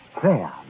prayer